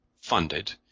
funded